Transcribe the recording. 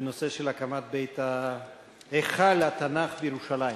בנושא של הקמת היכל התנ"ך בירושלים.